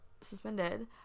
suspended